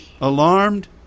Alarmed